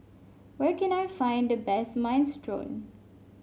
where can I find the best Minestrone